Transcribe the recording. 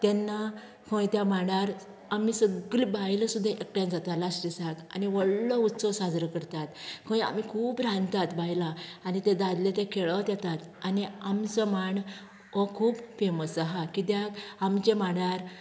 तेन्ना खंय त्या मांडार आमी सगलीं बायलो सुद्दां एकठांय जाता लास्ट दिसाक आनी व्हडलो उत्सव साजरो करतात खंय आमी खूब रांदतात बायलां आनी ते दादले ते खेळत येतात आनी आमचो मांड हो खूब फेमस आहा कित्याक आमचे मांडार